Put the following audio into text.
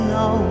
no